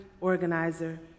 organizer